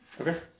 Okay